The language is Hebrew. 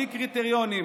בלי קריטריונים.